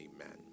Amen